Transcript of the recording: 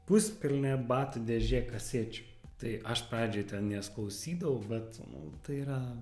puspilnė batų dėžė kasečių tai aš pradžioj ten jas klausydavau bet nu tai yra